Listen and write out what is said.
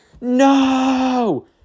no